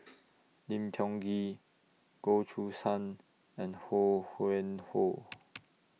Lim Tiong Ghee Goh Choo San and Ho Yuen Hoe